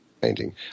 painting